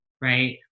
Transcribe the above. right